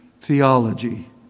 theology